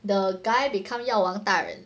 the guy become 药王大人